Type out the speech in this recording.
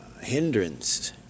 hindrance